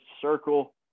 circle